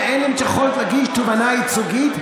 אין להם את היכולת להגיש תובענה ייצוגית,